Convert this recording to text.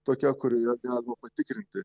tokia kurioje galima patikrinti